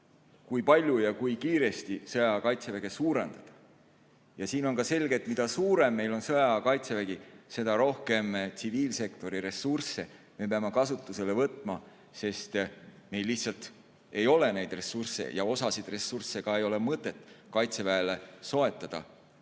kui palju ja kui kiiresti sõjaaja kaitseväge suurendada. On selge, et mida suurem meil on sõjaaja kaitsevägi, seda rohkem tsiviilsektori ressursse me peame kasutusele võtma, sest meil lihtsalt ei ole osa neid ressursse mõtet kaitseväele soetada